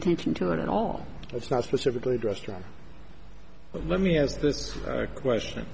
attention to it at all it's not specifically addressed but let me ask this question